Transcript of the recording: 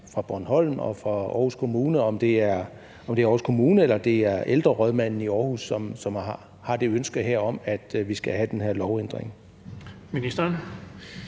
fra Bornholm Kommune og fra Aarhus Kommune, om det er Aarhus Kommune eller det er ældrerådmanden i Aarhus, som har det her ønske om, at vi skal have den her lovændring. Kl.